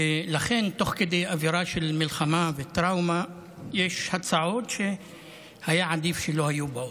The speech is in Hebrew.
ולכן תוך כדי אווירה של מלחמה וטראומה יש הצעות שהיה עדיף שלא היו באות.